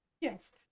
yes